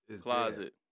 closet